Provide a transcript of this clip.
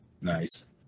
nice